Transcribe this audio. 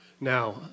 Now